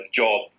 job